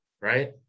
right